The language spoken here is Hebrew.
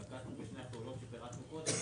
נקטנו בשתי הפעולות שפירטנו קודם.